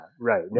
right